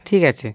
ঠিক আছে